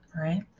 right